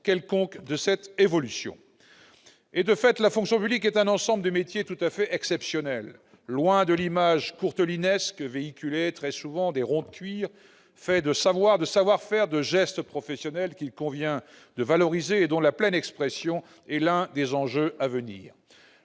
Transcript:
quelconque de cette évolution. De fait, la fonction publique est un ensemble de métiers tout à fait exceptionnels, loin de l'image courtelinesque des ronds-de-cuir, faits de savoirs, de savoir-faire, de gestes professionnels qu'il convient de valoriser et dont la pleine expression est l'un des enjeux à venir.